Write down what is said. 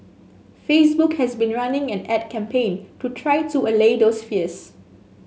facebook has been running an ad campaign to try to allay those fears